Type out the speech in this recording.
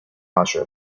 大学